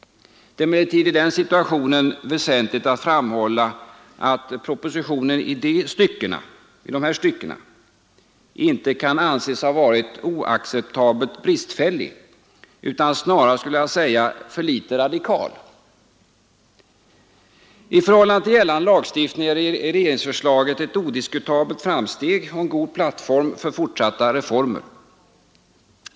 Det är emellertid i den situationen väsentligt att framhålla att propositionen i dessa stycken inte kan anses ha varit oacceptabelt bristfällig, utan snarare, skulle jag vilja säga, för litet radikal. I förhållande till gällande lagstiftning är regeringsförslaget ett odiskutabelt framsteg och en god plattform för fortsatta reformer.